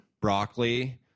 broccoli